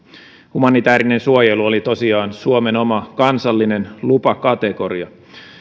humanitäärinen suojelu oli tosiaan suomen oma kansallinen lupakategoria